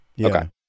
Okay